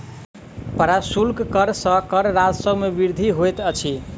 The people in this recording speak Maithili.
प्रशुल्क कर सॅ कर राजस्व मे वृद्धि होइत अछि